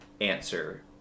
answer